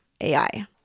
AI